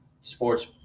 sports